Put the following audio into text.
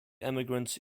emigrants